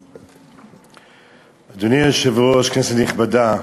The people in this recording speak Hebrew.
מס' 1629. אדוני היושב-ראש, כנסת נכבדה,